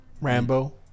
Rambo